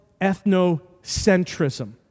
ethnocentrism